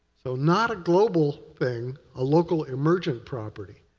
so not a global thing, a local emergent property.